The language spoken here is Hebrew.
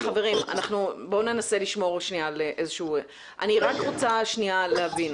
אני רק רוצה שנייה להבין.